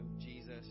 Jesus